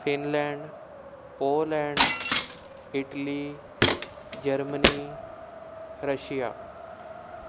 Finland Poland Italy Germany Russia